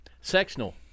Sectional